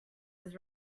his